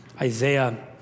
Isaiah